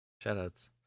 shoutouts